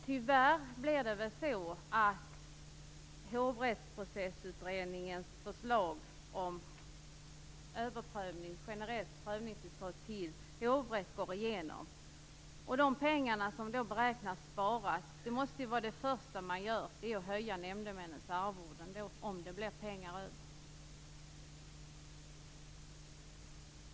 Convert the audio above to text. Tyvärr blir det väl så att Hovrättsprocessutredningens förslag om generellt prövningstillstånd till hovrätt går igenom. Det första som man måste göra om det blir pengar över är att höja nämndemännens arvoden.